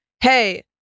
hey